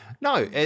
no